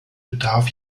bedarf